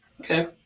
Okay